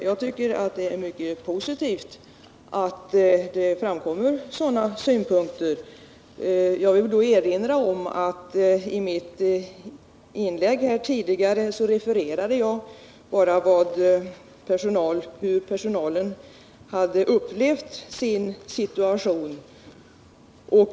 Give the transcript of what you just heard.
Jag tycker att det är mycket positivt att sådana synpunkter kommer fram, och jag vill i sammanhanget erinra om att jag i mitt tidigare inlägg endast refererade hur personalen hade upplevt sin situation.